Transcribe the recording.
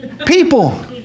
People